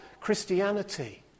Christianity